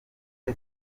ute